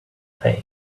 faith